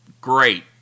great